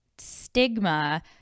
stigma